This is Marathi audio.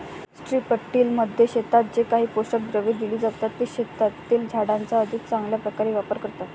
स्ट्रिपटिलमध्ये शेतात जे काही पोषक द्रव्ये दिली जातात, ती शेतातील झाडांचा अधिक चांगल्या प्रकारे वापर करतात